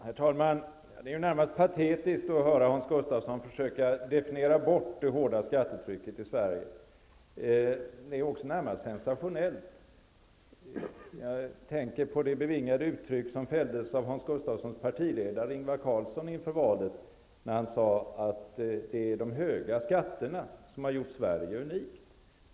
Herr talman! Det är närmast patetiskt att höra Hans Gustafsson försöka definiera bort det hårda skattetrycket i Sverige. Det är också närmast sensationellt. Jag tänker på det bevingade uttryck som fälldes av Hans Gustafssons partiledare Ingvar Carlsson inför valet, när han sade att det är de höga skatterna som har gjort Sverige unikt.